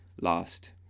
last